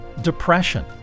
depression